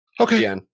Okay